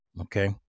Okay